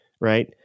right